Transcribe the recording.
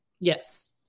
yes